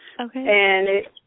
Okay